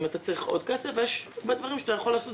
אתה צריך עוד כסף ויש הרבה דברים שאתה יכול לעשות